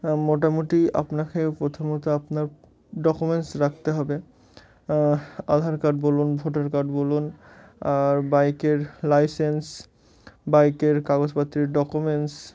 মোটামুটি আপনাকে প্রথমত আপনার ডকুমেন্টস রাখতে হবে আধার কার্ড বলুন ভোটার কার্ড বলুন আর বাইকের লাইসেন্স বাইকের কাগজপত্রের ডকুমেন্টস